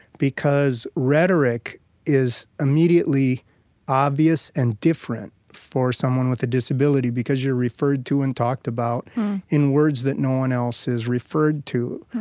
because rhetoric is immediately obvious and different for someone with a disability, because you're referred to and talked about in words that no one else is referred to.